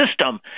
system